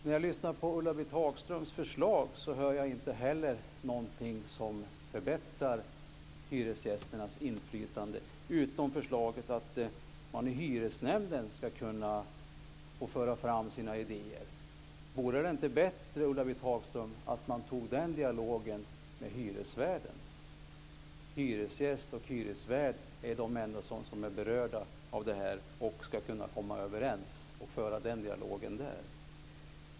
När jag lyssnar på Ulla-Britt Hagströms förslag hör jag inte heller någonting som förbättrar hyresgästernas inflytande utom förslaget att man i hyresnämnden ska kunna föra fram sina idéer. Vore det inte bättre, Ulla-Britt Hagström, att man tog den dialogen med hyresvärden? Hyresgästen och hyresvärden är de enda som är berörda av det här och som ska kunna överens. De ska kunna föra den dialogen där.